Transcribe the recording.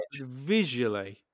visually